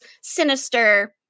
sinister